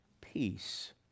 peace